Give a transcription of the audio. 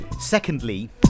Secondly